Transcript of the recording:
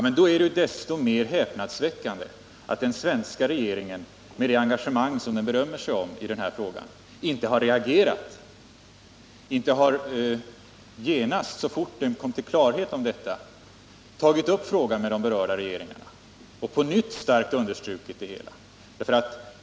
Men då är det desto mer häpnadsväckande att den svenska regeringen — med det engagemang som den berömmer sig av i den här frågan — inte har reagerat, att den inte genast, så fort den kom till klarhet om detta, tagit upp frågan med de berörda regeringarna och på nytt starkt understrukit hur den ser på det hela.